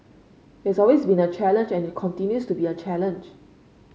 it's always been a challenge and it continues to be a challenge